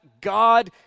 God